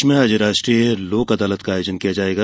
प्रदेश में आज राष्ट्रीय लोक अदालत का आयोजन किया जायेगा